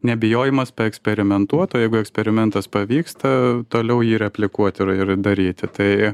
nebijojimas paeksperimentuot o jeigu eksperimentas pavyksta toliau jį replikuoti tada ir daryti tai